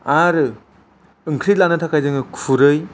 आरो ओंख्रि लानो थाखाय जोङाे खुरै